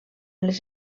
les